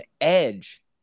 Edge